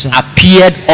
appeared